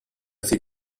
fait